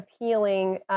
appealing